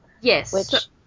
Yes